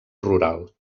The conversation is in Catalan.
rural